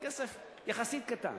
כסף יחסית קטן.